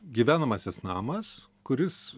gyvenamasis namas kuris